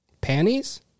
Panties